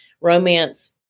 romance